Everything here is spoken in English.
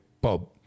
Bob